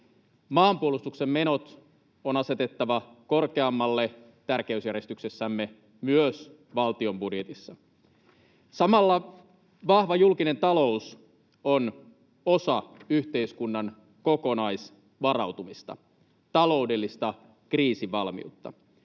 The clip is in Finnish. Maanpuolustuksen menot on asetettava korkeammalle tärkeysjärjestyksessämme, myös valtion budjetissa. Samalla vahva julkinen talous on osa yhteiskunnan kokonaisvarautumista, taloudellista kriisivalmiutta.